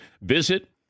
Visit